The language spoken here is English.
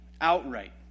outright